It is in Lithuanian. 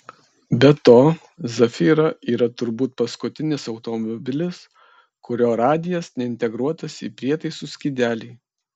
be to zafira yra turbūt paskutinis automobilis kurio radijas neintegruotas į prietaisų skydelį